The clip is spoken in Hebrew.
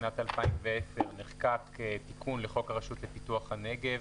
בשנת 2010 נחקק תיקון לחוק הרשות לפיתוח הנגב,